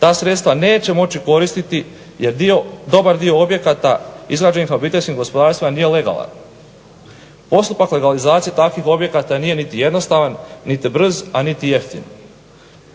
ta sredstva neće moći koristiti jer dobar dio objekata izgrađenih na obiteljskim gospodarstvima nije legalan. Postupak legalizacije takvih objekata nije niti jednostavan niti brz a niti jeftin.